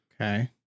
Okay